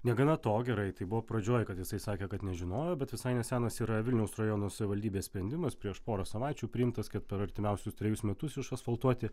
negana to gerai tai buvo pradžioj kad jisai sakė kad nežinojo bet visai nesenas yra vilniaus rajono savivaldybės sprendimas prieš porą savaičių priimtas kad per artimiausius trejus metus išasfaltuoti